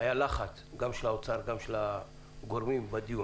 היה לחץ, גם של האוצר וגם של הגורמים בדיון